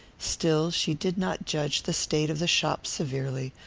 still, she did not judge the state of the shop severely,